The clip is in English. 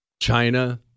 China